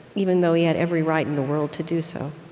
even though he had every right in the world to do so.